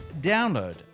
download